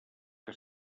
que